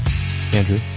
Andrew